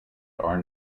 are